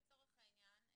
לצורך העניין,